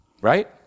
Right